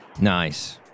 Nice